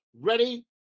ready